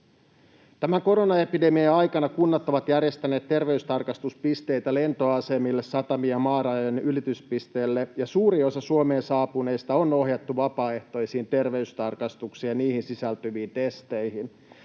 Tämän koronaepidemian aikana kunnat ovat järjestäneet terveystarkastuspisteitä lentoasemille, satamiin ja maarajojen ylityspisteille ja suurin osa Suomeen saapuneista on ohjattu vapaaehtoisiin terveystarkastuksiin ja niihin sisältyviin testeihin.